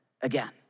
again